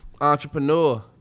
Entrepreneur